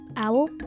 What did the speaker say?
Owl